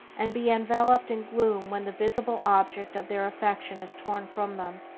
and be enveloped in gloom when the visible object of their affections is torn from them,